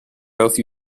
both